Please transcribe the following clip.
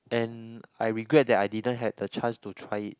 and I regret that I didn't had a chance to try it